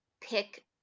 pick